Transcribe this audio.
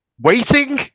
waiting